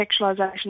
sexualisation